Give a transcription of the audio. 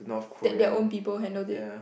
that their own people handled it